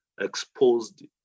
exposed